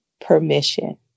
permission